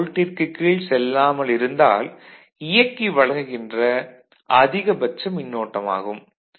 66 வோல்ட்டிற்கு கீழ் செல்லாமல் இருந்தால் இயக்கி வழங்குகின்ற அதிகபட்ச மின்னோட்டம் ஆகும்